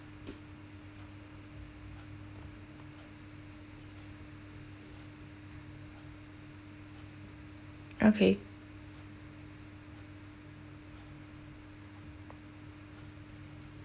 okay